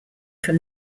from